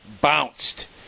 bounced